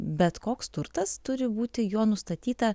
bet koks turtas turi būti jo nustatyta